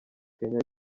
kenya